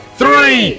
three